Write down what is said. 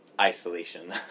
isolation